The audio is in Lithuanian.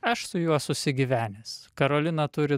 aš su juo susigyvenęs karolina turi